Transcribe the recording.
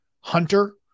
hunter